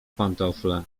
pantofle